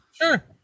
Sure